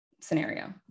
scenario